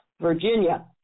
Virginia